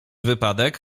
wypadek